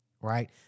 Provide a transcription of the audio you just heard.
Right